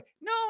No